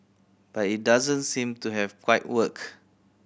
but it doesn't seem to have quite worked